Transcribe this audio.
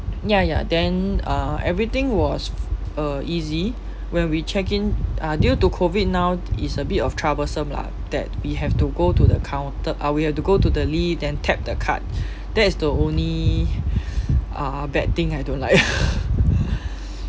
ya ya then uh everything was uh easy when we check in uh due to COVID now is a bit of troublesome lah that we have to go to the counter uh we have to go to the lift then tap the card that's the only uh bad thing I don't like